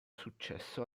successo